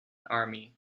army